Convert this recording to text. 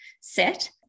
set